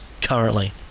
currently